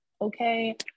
okay